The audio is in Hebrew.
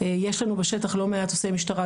יש לנו בשטח לא מעט עו"סי משטרה,